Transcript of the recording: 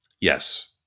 Yes